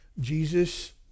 Jesus